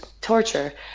torture